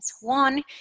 One